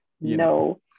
no